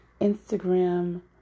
Instagram